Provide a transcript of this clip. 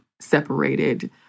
separated